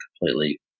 completely